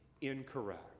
incorrect